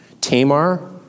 Tamar